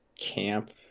camp